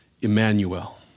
Emmanuel